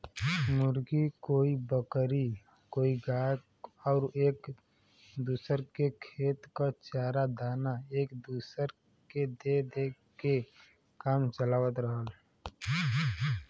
मुर्गी, कोई बकरी कोई गाय आउर एक दूसर के खेत क चारा दाना एक दूसर के दे के काम चलावत रहल